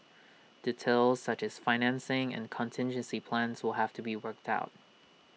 details such as financing and contingency plans will have to be worked out